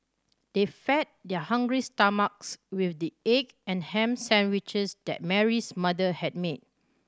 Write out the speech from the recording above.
they fed their hungry stomachs with the egg and ham sandwiches that Mary's mother had made